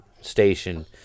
station